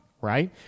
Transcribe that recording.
Right